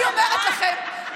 אני אומרת לכם,